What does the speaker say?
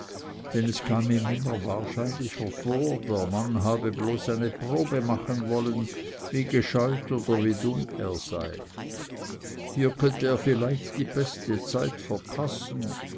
denn es kam ihm immer wahrscheinlicher vor der mann habe bloß eine probe machen wollen wie gescheut oder wie dumm er sei hier könne er vielleicht die beste zeit verpassen